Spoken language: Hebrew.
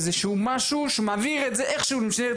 איזשהו משהו שמעביר את זה איכשהו לממשלת